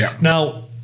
Now